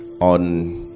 on